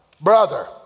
brother